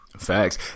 facts